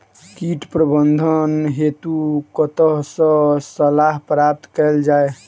कीट प्रबंधन हेतु कतह सऽ सलाह प्राप्त कैल जाय?